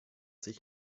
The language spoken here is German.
sich